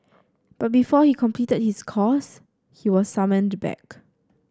but before he completed his course he was summoned back